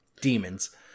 demons